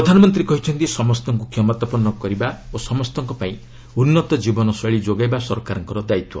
ପ୍ରଧାନମନ୍ତ୍ରୀ କହିଛନ୍ତି ସମସ୍ତଙ୍କୁ କ୍ଷମତାପନ୍ନ କରିବା ଓ ସମସ୍ତଙ୍କ ପାଇଁ ଉନ୍ତ କ୍ରୀବନ ଶୈଳୀ ଯୋଗାଇବା ସରକାରଙ୍କର ଦାୟିତ୍ୱ